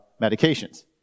medications